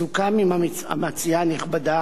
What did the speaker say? סוכם עם המציעה הנכבדה,